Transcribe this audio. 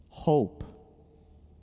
Hope